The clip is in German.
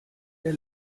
der